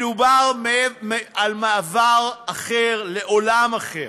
מדובר על מעבר אחר לעולם אחר,